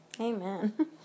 Amen